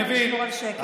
נא לשמור על השקט.